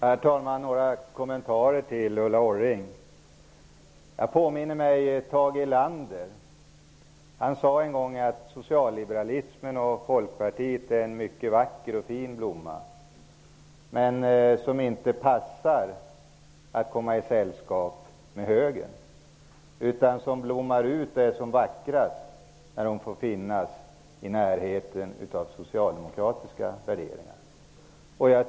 Herr talman! Jag skall ge några kommentarer till Jag minns Tage Erlander. Han sade en gång att socialliberalismen och Folkpartiet är en mycket vacker blomma. Men den passar inte i sällskap med Högern. Den är som vackrast när den är i närheten av socialdemokratiska värderingar.